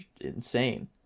insane